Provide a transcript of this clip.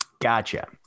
Gotcha